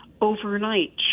overnight